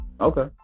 Okay